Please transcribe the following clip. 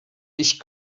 ich